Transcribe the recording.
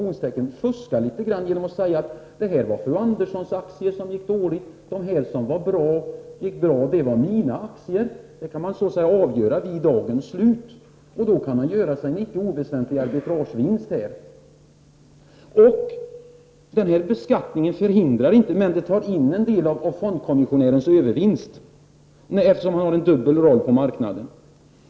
Han kan då ”fuska litet grand” genom att säga att det var fru Anderssons aktier som gick dåligt, och de som gick bra var hans egna. Han kan så att säga avgöra detta vid dagens slut, och på det sättet göra sig en icke oväsentlig arbitragevinst. Denna beskattning förhindrar inte detta, men den tar in en del av fondkommissionärens övervinst, den som han får eftersom han har en dubbel roll på marknaden.